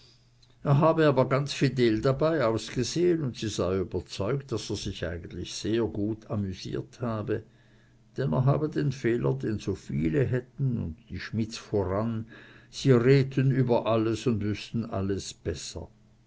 er habe aber ganz fidel dabei ausgesehen und sie sei überzeugt daß er sich eigentlich sehr gut amüsiert habe denn er habe den fehler den so viele hätten und die schmidts voran sie redten über alles und wüßten alles besser